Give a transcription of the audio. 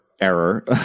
error